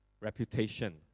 reputation